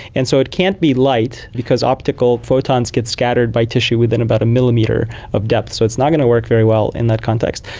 and so it can't be light optical photons get scattered by tissue within about a millimetre of depth, so it's not going to work very well in that context.